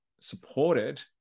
supported